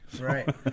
Right